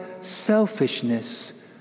selfishness